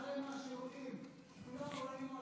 אחרי מה שרואים, כולם רואים,